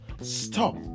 stop